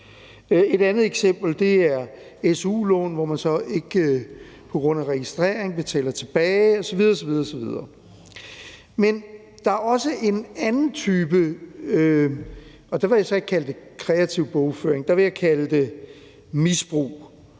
Et andet eksempel er su-lån, hvor man så ikke på grund af registrering betaler det tilbage osv. osv. Men der er også en anden type – og der vil jeg så ikke kalde det kreativ bogføring; der vil jeg kalde det misbrug,